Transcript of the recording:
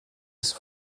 ist